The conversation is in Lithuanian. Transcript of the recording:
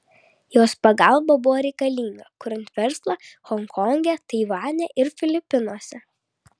jos pagalba buvo reikalinga kuriant verslą honkonge taivane ir filipinuose